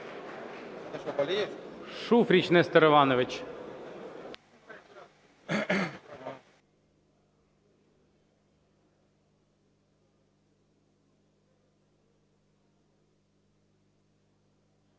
Шуфрич Нестор Іванович.